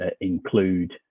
include